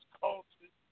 culture